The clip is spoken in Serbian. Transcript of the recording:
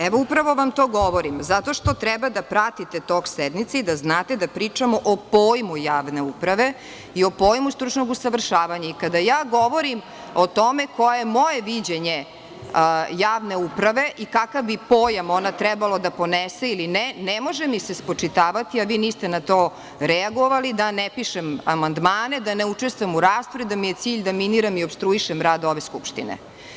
Evo, upravo vam to govorim, zato što treba da pratite tok sednice i da znate da pričamo o pojmu javne uprave i o pojmu stručnog usavršavanja i da kada ja govorim o tome koje je moje viđenje javne uprave i kakav je pojam trebalo da ponese ili ne, ne može mi se spočitavati, a vi niste na to reagovali, da ne pišem amandmane, da ne učestvujem u raspravi, da mi je cilj da miniram i opstruišem rad ove Skupštine.